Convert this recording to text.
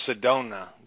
Sedona